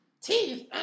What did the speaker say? teeth